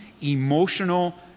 emotional